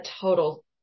total